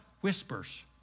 whispers